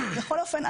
בכל אופן,